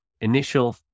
initial